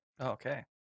Okay